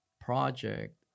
project